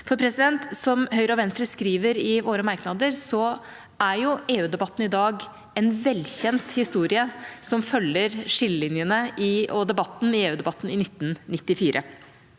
se framover. Som Høyre og Venstre skriver i våre merknader, er EU-debatten i dag en velkjent historie som følger skillelinjene i EU-debatten i 1994.